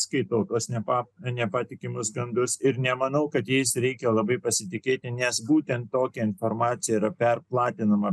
nepatikimus gandus ir nemanau kad jais reikia labai pasitikėti nes būtent tokia informacija yra per platinama